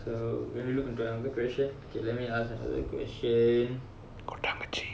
so you want to look into another question okay let me ask another question